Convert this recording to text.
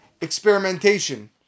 experimentation